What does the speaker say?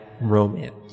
romance